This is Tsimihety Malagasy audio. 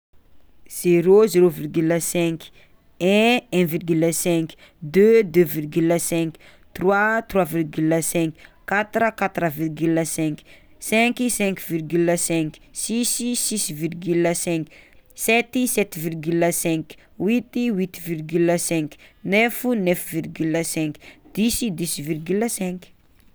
Zero, zéro virgule cinq, un, un virgule cinq, deux, deux virgule cinq, trois, trois virgule cinq, quatre, quatre virgule cinq, cinq, cinq virgule cinq, six, six virgule cinq, sept, sept virgule cinq, huit, huit virgule cinq, neuf, neuf virgule cinq, dix, dix virgule cinq.